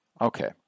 Okay